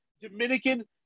Dominican